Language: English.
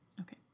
Okay